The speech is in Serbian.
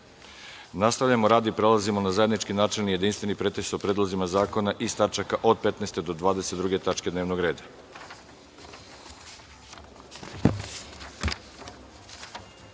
rad i prelazim na zajednički, načelni, jedinstveni pretres o Predlozima zakona iz tačaka od 15. do 22. tačke dnevnog